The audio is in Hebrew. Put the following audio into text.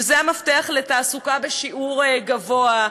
שזה המפתח לתעסוקה בשיעור גבוה,